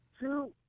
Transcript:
Two